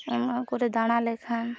ᱚᱱᱟ ᱠᱚᱨᱮ ᱫᱟᱬᱟ ᱞᱮᱠᱷᱟᱱ